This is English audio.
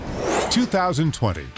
2020